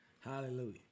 Hallelujah